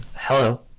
Hello